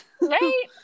right